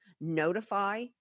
notify